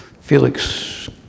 Felix